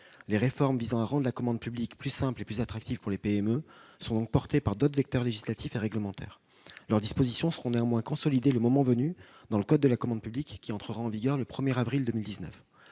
Les réformes visant à rendre la commande publique plus simple et plus attractive pour les PME sont donc portées par d'autres vecteurs législatifs et réglementaires. Leurs dispositions seront néanmoins consolidées le moment venu dans le code de la commande publique qui entrera en vigueur le 1 avril 2019.